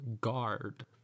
guard